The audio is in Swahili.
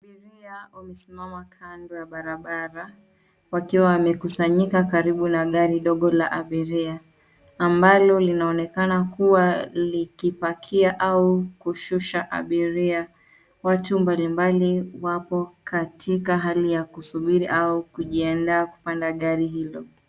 Abiria wamesimama kando ya barabara wakiwa wamekusanyika karibu na gari dogo la abiria ambalo linaonekana kuwa likipakia au kushusha abiria , watu mbalimbali wako katika hali ya kusubiri au kujiandaa kupanda gari hilo.